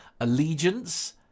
Allegiance